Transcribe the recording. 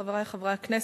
חברי חברי הכנסת,